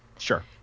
Sure